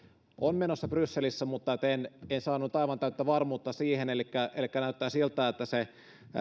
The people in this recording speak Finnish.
on menossa brysselissä mutta en saanut aivan täyttä varmuutta siihen näyttää siltä että